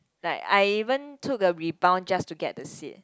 like I even took a rebound just to get the seat